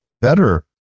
Better